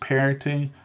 Parenting